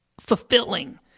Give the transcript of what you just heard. fulfilling